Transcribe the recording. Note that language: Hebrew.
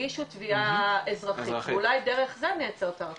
תגישו תביעה אזרחית ואולי דרך זה ניצור את ההרתעה.